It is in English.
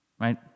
right